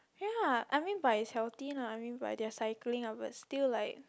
ya I mean but is healthy lah I mean but they are cycling lah but still like